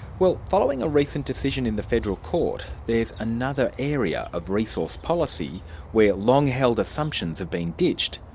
well following a recent decision in the federal court, there's another area of resource policy where long-held assumptions have been ditched,